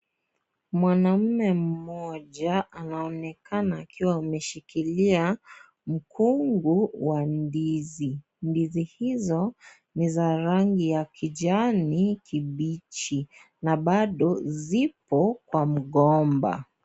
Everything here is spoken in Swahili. Mwanamume mmoja anaonekana akiwa ameshikilia mkungu wa ndizi , ndizi hizo ni za rangi ya kijani kibichi na bado zipo kwa mgomba .